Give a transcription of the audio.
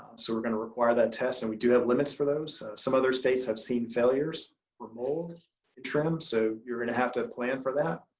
so we're gonna require that test and we do have limits for those. some other states have seen failures mold trim. so you're gonna have to plan for that.